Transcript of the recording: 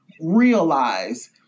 realize